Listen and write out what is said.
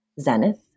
zenith